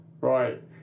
Right